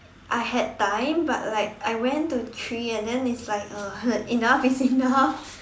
I had time but like I went to three and then it's like uh enough is enough